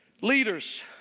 leaders